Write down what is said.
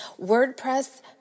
WordPress